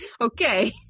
Okay